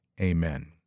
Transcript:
Amen